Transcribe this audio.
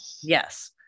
Yes